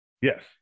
yes